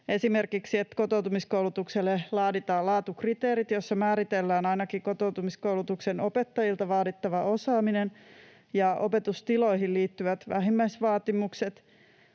esimerkiksi sen, että kotoutumiskoulutukselle laaditaan laatukriteerit, joissa määritellään ainakin kotoutumiskoulutuksen opettajilta vaadittava osaaminen ja opetustiloihin liittyvät vähimmäisvaatimukset.